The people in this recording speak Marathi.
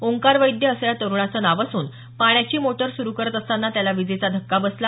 ओंकार वैद्य असं या तरुणाचं नाव असून पाण्याची मोटर सुरू करत असताना त्याला वीजेचा धक्का बसला